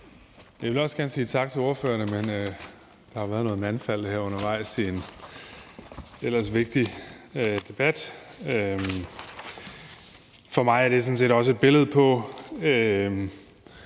Jeg vil også godt sige tak til ordførerne, men der har været noget mandefald her undervejs i en ellers vigtig debat. For mig er det sådan set også et billede på